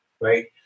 right